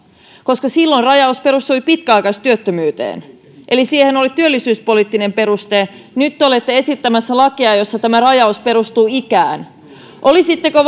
silloin rajaus perustui pitkäaikaistyöttömyyteen eli siihen oli työllisyyspoliittinen peruste nyt te olette esittämässä lakia jossa tämä rajaus perustuu ikään olisitteko